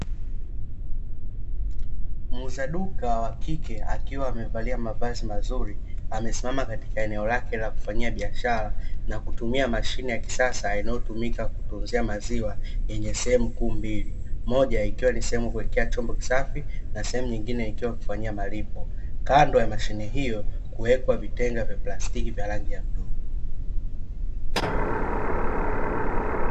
Muuza duka wa kike akiwa amevalia mavazi mazuri, amesimama katika eneo lake la kufanyia biashara na kutumia mashine ya kisasa inayotumika kutunzia maziwa yenye sehemu kuu mbili. Moja ikiwa ni sehemu kuwekea chombo kisafi na sehemu nyingine ikiwa kufanyia malipo. Kando ya mashine hiyo, kumewekwa vitenga vya plastiki vya rangi ya buluu.